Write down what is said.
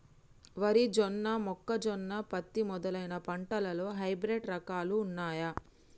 వరి జొన్న మొక్కజొన్న పత్తి మొదలైన పంటలలో హైబ్రిడ్ రకాలు ఉన్నయా?